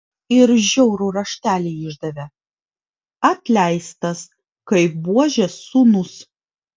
ir žiaurų raštelį išdavė atleistas kaip buožės sūnus